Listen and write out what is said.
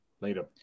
Later